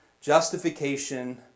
Justification